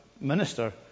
minister